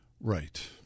Right